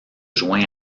joint